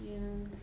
ya